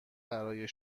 برای